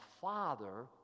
father